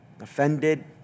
offended